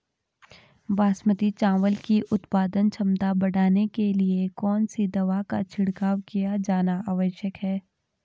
बासमती चावल की उत्पादन क्षमता बढ़ाने के लिए कौन सी दवा का छिड़काव किया जाना आवश्यक है?